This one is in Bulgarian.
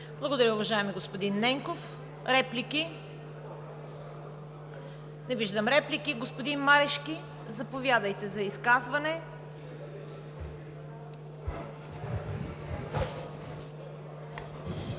Благодаря, уважаеми господин Ненков. Реплики? Не виждам реплики. Господин Марешки, заповядайте за изказване.